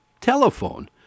telephone